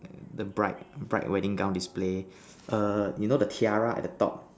the bright bright wedding gown display err you know the tiara at the top